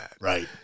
Right